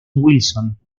wilson